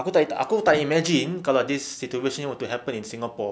aku tak aku tak imagine kalau this situation were to happen in singapore